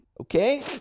Okay